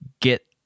get